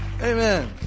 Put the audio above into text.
Amen